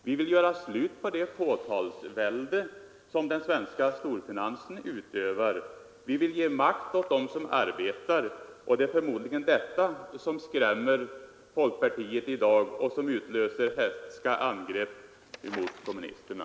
Vi vill göra slut på det fåtalsvälde som den svenska storfinansen utövar, och vi vill ge makt åt dem som arbetar. Det är förmodligen detta som skrämmer folkpartiet i dag och som utlöser hätska angrepp mot kommunisterna.